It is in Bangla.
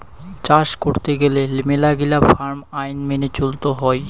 চাস করত গেলে মেলাগিলা ফার্ম আইন মেনে চলত হই